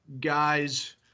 guys